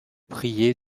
prier